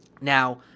Now